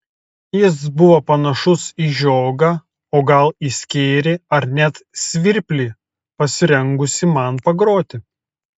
jis buvo panašus į žiogą o gal į skėrį ar net į svirplį pasirengusį man pagroti